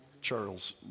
Charles